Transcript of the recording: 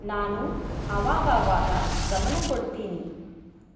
ನಾನು ಆವಾಗಾವಾಗ ಗಮನ ಕೊಡ್ತೀನಿ